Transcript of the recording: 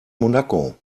monaco